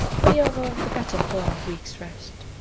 we are all the better for our week's rest.